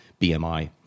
BMI